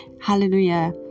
hallelujah